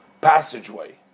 passageway